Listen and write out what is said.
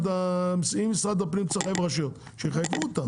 ואם משרד הפנים צריך לחייב רשויות שיחייבו אותן.